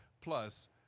Plus